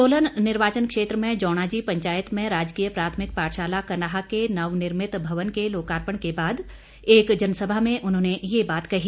सोलन निर्वाचन क्षेत्र में जौणाजी पंचायत में राजकीय प्राथमिक पाठशाला कनाह के नवनिर्भित भवन के लोकार्पण के बाद एक जनसभा में उन्होंने ये बात कही